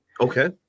Okay